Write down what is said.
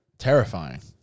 terrifying